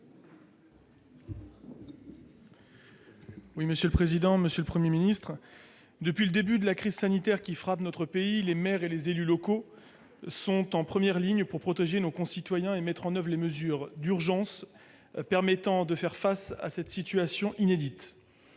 à M. Xavier Iacovelli. Monsieur le Premier ministre, depuis le début de la crise sanitaire qui frappe notre pays, les maires et les élus locaux sont en première ligne pour protéger nos concitoyens et mettre en oeuvre les mesures d'urgence permettant de faire face à cette situation inédite.